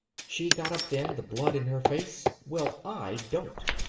she got up then, the blood in her face. well, i don't.